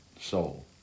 soul